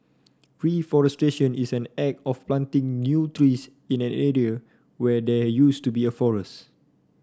reforestation is an act of planting new trees in an area where there used to be a forest